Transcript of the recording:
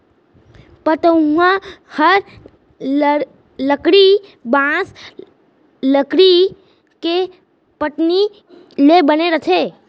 पटउहॉं हर लकड़ी, बॉंस, लकड़ी के पटनी ले बने रथे